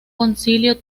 concilio